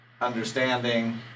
understanding